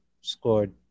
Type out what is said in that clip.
scored